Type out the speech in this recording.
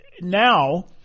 now